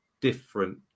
different